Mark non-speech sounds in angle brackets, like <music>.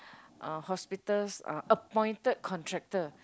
<breath> uh hospital's uh appointed contractor